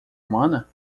humana